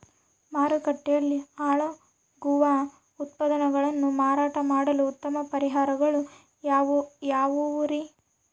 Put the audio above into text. ಮಾರುಕಟ್ಟೆಯಲ್ಲಿ ಹಾಳಾಗುವ ಉತ್ಪನ್ನಗಳನ್ನ ಮಾರಾಟ ಮಾಡಲು ಉತ್ತಮ ಪರಿಹಾರಗಳು ಯಾವ್ಯಾವುರಿ?